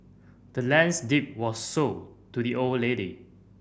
the land's deed was sold to the old lady